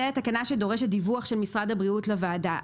שזו התקנה שדורשת דיווח של משרד הבריאות לוועדה.